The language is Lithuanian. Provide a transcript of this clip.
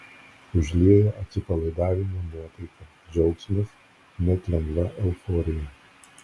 užlieja atsipalaidavimo nuotaika džiaugsmas net lengva euforija